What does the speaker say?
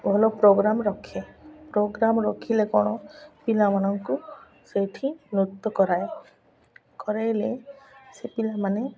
ଭଲ ପ୍ରୋଗ୍ରାମ ରଖେ ପ୍ରୋଗ୍ରାମ ରଖିଲେ କ'ଣ ପିଲାମାନଙ୍କୁ ସେଇଠି ନୃତ୍ୟ କରାଏ କରାଇଲେ ସେ ପିଲାମାନେ